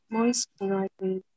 Moisturizing